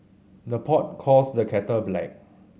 the pot calls the kettle black